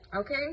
okay